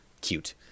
cute